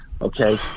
okay